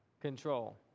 control